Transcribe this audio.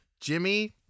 Jimmy-